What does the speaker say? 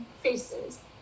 faces